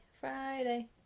Friday